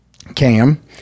cam